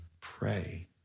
pray